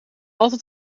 altijd